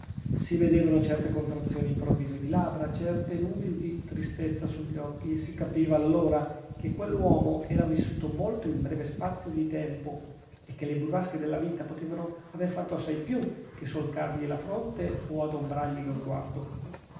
si vedevano certe contrazioni improvvise di labbra certe nubi di tristezza sugli occhi e si capiva allora che quell'uomo era vissuto molto in breve spazio di tempo e che le burrasche della vita potevano aver fatto assai più che solcargli la fronte o adombrargli lo sguardo